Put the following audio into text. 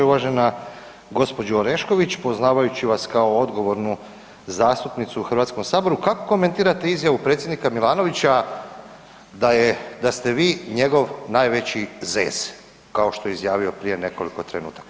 Uvažena gospođo Orešković, poznavajući vas kao odgovornu zastupnicu u Hrvatskom saboru kako komentirate izjavu predsjednika Milanovića da je, da ste vi njegov najveći zez, kao što je izjavio prije nekoliko trenutaka.